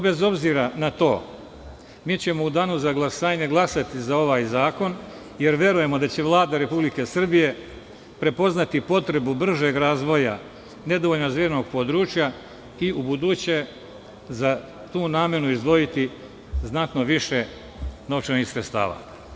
Bez obzira na to, mi ćemo u danu za glasanje glasati za ovaj zakon, jer verujemo da će Vlada Republike Srbije prepoznati potrebu bržeg razvoja nedovoljno razvijenog područja i ubuduće za tu namenu izdvojiti znatno više novčanih sredstava.